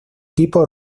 tipo